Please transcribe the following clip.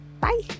Bye